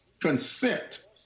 consent